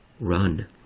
run